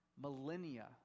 millennia